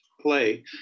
play